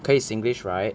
可以 singlish right